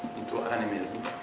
into animism